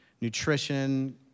nutrition